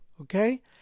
okay